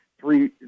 three